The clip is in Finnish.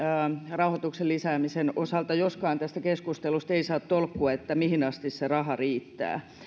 rahoituksen lisäämisen osalta joskaan tästä keskustelusta ei saa tolkkua mihin asti se raha riittää